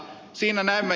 siinä näemme